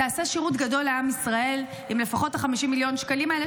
תעשה שירות גדול לעם ישראל אם לפחות את 50 מיליון השקלים האלה,